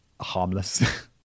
harmless